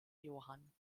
johann